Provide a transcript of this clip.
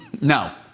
No